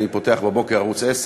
אני פותח בבוקר ערוץ 10,